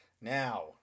Now